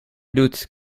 doet